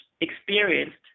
experienced